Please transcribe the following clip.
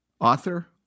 Author